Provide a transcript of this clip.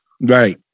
right